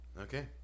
Okay